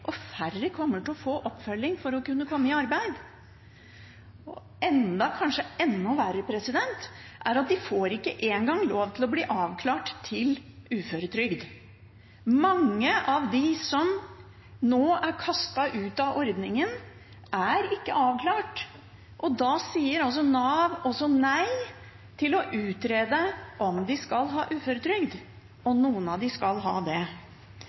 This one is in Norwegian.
og færre kommer til å få oppfølging for å kunne komme i arbeid. Kanskje enda verre er det at de ikke engang får lov til å bli avklart til uføretrygd. Mange av dem som nå er kastet ut av ordningen, er ikke avklart, og da sier Nav nei til å utrede om de skal ha uføretrygd. Noen av dem skal ha det.